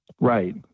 Right